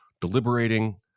deliberating